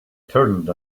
turned